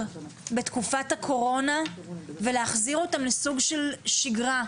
בתקופת הקורונה ולהחזיר אותם לסוג של שגרה,